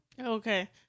Okay